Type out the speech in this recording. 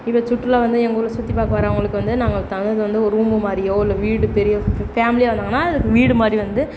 இங்கே சுற்றுலா வந்து எங்கள் ஊரில் சுற்றிப்பாக்க வர்றவங்களுக்கு வந்து நாங்கள் தங்குறது வந்து ஒரு ரூம்மு மாதிரியோ இல்லை வீடு பெரிய ஃபேமிலியாக வந்தாங்கனா அது வீடு மாதிரி வந்து